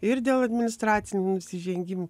ir dėl administracinių nusižengimų